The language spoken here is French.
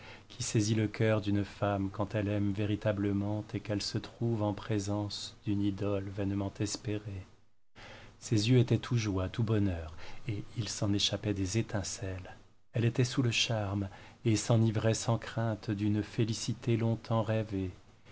qui saisit d'une femme quand elle aime véritablement et qu'elle se trouve en présence d'une idole vainement espérée ses yeux étaient tout joie tout bonheur et il s'en échappait des étincelles elle était sous le charme et s'enivrait sans crainte d'une félicité long-temps rêvée